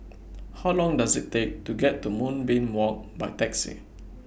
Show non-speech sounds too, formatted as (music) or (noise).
(noise) How Long Does IT Take to get to Moonbeam Walk By Taxi